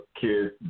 Kids